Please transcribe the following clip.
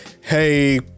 hey